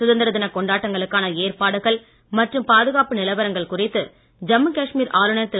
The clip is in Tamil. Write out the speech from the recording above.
சுதந்திர தின கொண்டாட்டங்கள் மற்றும் ஏற்பாடுகள் மற்றும் பாதுகாப்பு நிலவரங்கள் குறித்து ஜம்மு காஷ்மீர் ஆளுநர் திரு